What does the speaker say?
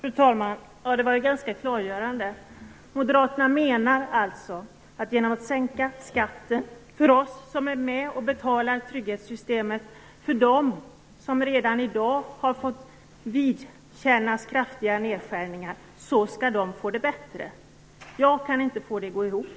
Fru talman! Det var ju ganska klargörande. Moderaterna menar alltså att genom att skatten sänks för oss som är med och betalar trygghetssystemet skall de som redan i dag har fått vidkännas kraftiga nedskärningar få det bättre. Jag kan inte få det att gå ihop.